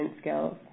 skills